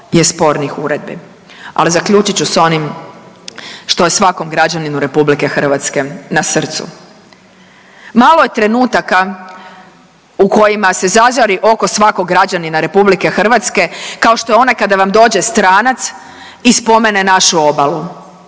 je spornih uredbi, ali zaključit ću s onim što je svakom građaninu RH na srcu. Malo je trenutaka u kojima se zažari oko svakog građanina RH kao što je onaj kada vam dođe stranac i spomene našu obalu